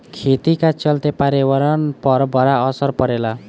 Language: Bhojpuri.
खेती का चलते पर्यावरण पर बड़ा असर पड़ेला